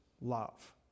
love